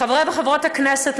חברי וחברות הכנסת,